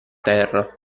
terra